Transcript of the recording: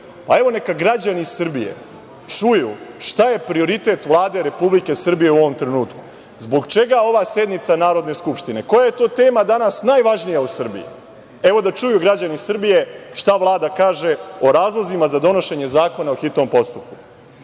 Evo, neka građani Srbije čuju šta je prioritet Vlade Republike Srbije u ovom trenutku, zbog čega ova sednica Narodne skupštine? Koja je to tema danas najvažnija u Srbiji? Da čuju građani Srbije šta Vlada kaže o razlozima za donošenje zakona po hitnom postupku.